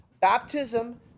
Baptism